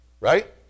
right